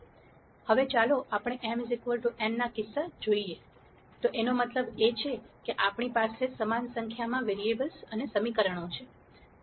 હવે ચાલો આપણે m n ના કિસ્સામાં જોઈએ તો એનો મતલબ છે કે આપણી પાસે સમાન સંખ્યામાં વેરીએબલ્સ અને સમીકરણો છે